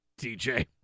tj